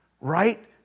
Right